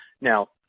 Now